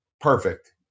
perfect